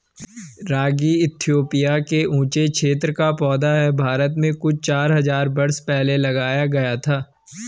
रागी Ethiopia के ऊँचे क्षेत्रों का पौधा है भारत में कुछ चार हज़ार बरस पहले लाया गया था